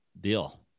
deal